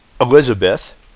Elizabeth